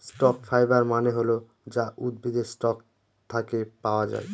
stock fibre মানে হল যা উদ্ভিদের স্টক থাকে পাওয়া যায়